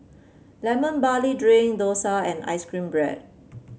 Lemon Barley Drink dosa and ice cream bread